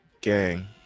Gang